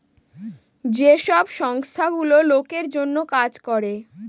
যে সব সংস্থা গুলো লোকের জন্য কাজ করে